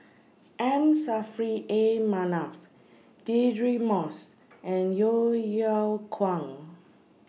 M Saffri A Manaf Deirdre Moss and Yeo Yeow Kwang